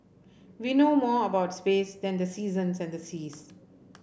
we know more about space than the seasons and the seas